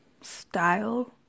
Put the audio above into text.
style